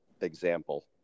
example